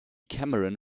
cameron